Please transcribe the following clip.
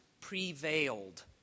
prevailed